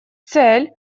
цель